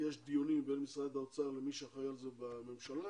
יש דיונים בין משרד האוצר למי שאחראי על זה בממשלה